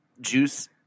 juice